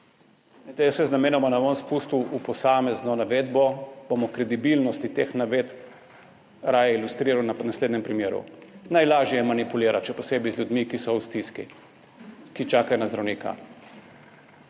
jaz se namenoma ne bom spustil v posamezno navedbo, bom o kredibilnosti teh navedb raje ilustriral naslednjem primeru. Najlažje je manipulirati, še posebej z ljudmi, ki so v stiski, ki čakajo na zdravnika.